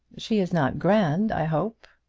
she is not grand, i hope?